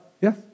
Yes